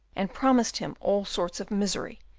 and promised him all sorts of misery,